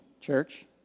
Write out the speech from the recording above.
church